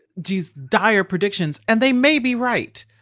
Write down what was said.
these dire predictions. and they may be right.